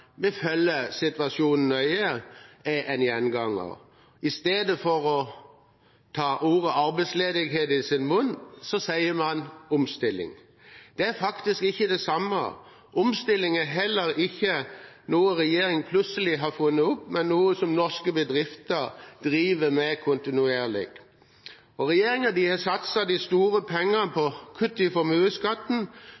følger situasjonen nøye» er en gjenganger. I stedet for å ta ordet «arbeidsledighet» i sin munn sier man «omstilling». Det er faktisk ikke det samme. Omstilling er heller ikke noe regjeringen plutselig har funnet opp, men noe som norske bedrifter driver med kontinuerlig. Regjeringen har satset de store pengene på